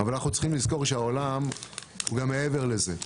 אבל אנחנו צריכים לזכור שהעולם הוא גם מעבר לזה.